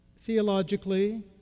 Theologically